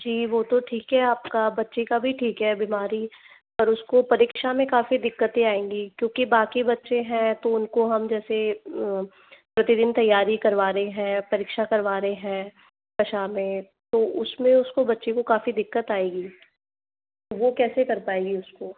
जी वो तो ठीक है आपका बच्चे का भी ठीक है बीमारी पर उसको परीक्षा में काफ़ी दिक्कतें आएंगी क्योंकि बाकी बच्चे हैं तो उनको हम जैसे प्रतिदिन तैयारी करवा रहे हैं परीक्षा करवा रहे हैं भाषा में तो उसमें उसको बच्ची को काफ़ी दिक्कत आएगी वो कैसे कर पाएगी उसको